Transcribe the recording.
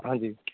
ਹਾਂਜੀ